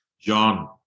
John